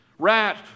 Rat